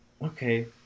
Okay